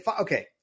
okay